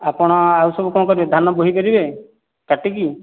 ଆପଣ ଆଉ ସବୁ କ'ଣ କରିବେ ଧାନ ବୋହି ପାରିବେ କାଟି କି